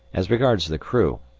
as regards the crew,